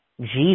Jesus